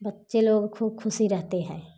बच्चे लोग खूब ख़ुश रहते हैं